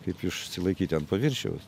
kaip išsilaikyti ant paviršiaus